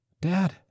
Dad